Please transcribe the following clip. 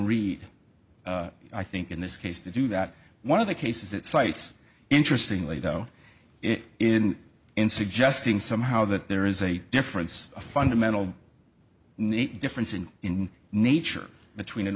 read i think in this case to do that one of the cases that cites interestingly though it is in suggesting somehow that there is a difference a fundamental need difference in in nature between an